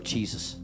Jesus